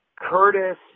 Curtis